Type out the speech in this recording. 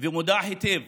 ומודע היטב